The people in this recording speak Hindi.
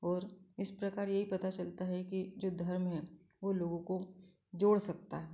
और इस प्रकार यही पता चलता है कि जो धर्म है वो लोगों को जोड़ सकता है